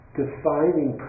defining